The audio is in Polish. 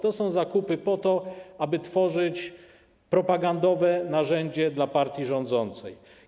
To są zakupy po to, aby tworzyć propagandowe narzędzie dla partii rządzącej.